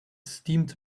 steamed